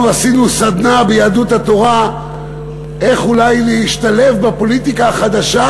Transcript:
אנחנו עשינו סדנה ביהדות התורה איך אולי להשתלב בפוליטיקה החדשה,